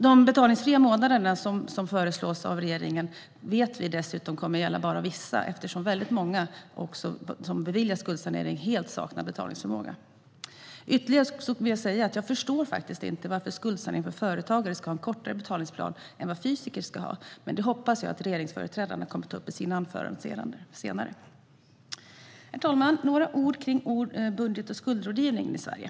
De betalningsfria månaderna som föreslås av regeringen vet vi dessutom kommer att gälla bara vissa eftersom många som beviljas skuldsanering helt saknar betalningsförmåga. Jag förstår faktiskt inte varför skuldsanering för företagare ska ha kortare betalningsplan än vad fysiska personer ska ha, men jag hoppas att regeringsföreträdaren kommer att ta upp frågan i sitt anförande senare. Herr talman! Låt mig säga några ord om budget och skuldrådgivning i Sverige.